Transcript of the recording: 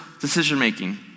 decision-making